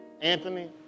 Anthony